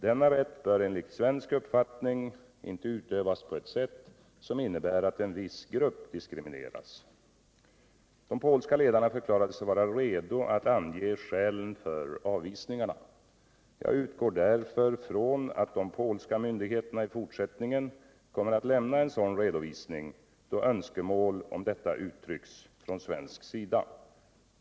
Denna rätt bör enligt svensk uppfattning inte utövas på ett sätt som innebär att en viss grupp diskrimineras. De polska ledarna förklarade sig vara redo att ange skälen för avvisningarna. Jag utgår därför från att de polska myndigheterna i fortsättningen kommer att lämna en sådan redovisning, då önskemål om detta uttrycks från svensk sida.